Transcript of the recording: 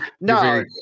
No